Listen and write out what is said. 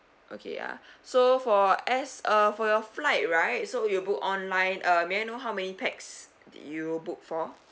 okay ah so for as uh for your flight right so you book online uh may I know how many pax did you book for